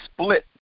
split